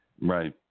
Right